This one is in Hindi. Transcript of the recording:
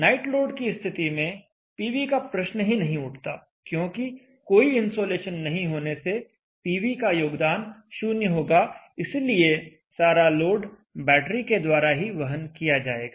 नाइट लोड की स्थिति में पीवी का प्रश्न ही नहीं उठता क्योंकि कोई इंसोलेशन नहीं होने से पीवी का योगदान शून्य होगा इसलिए सारा लोड बैटरी के द्वारा ही वहन किया जाएगा